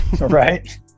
right